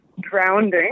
drowning